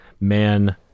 man